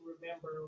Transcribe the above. remember